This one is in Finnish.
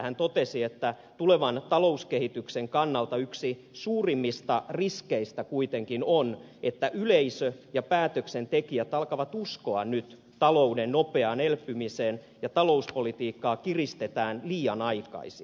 hän totesi että tulevan talouskehityksen kannalta yksi suurimmista riskeistä kuitenkin on että yleisö ja päätöksentekijät alkavat uskoa nyt talouden nopeaan elpymiseen ja talouspolitiikkaa kiristetään liian aikaisin